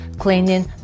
cleaning